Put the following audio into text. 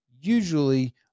usually